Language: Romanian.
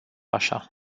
așa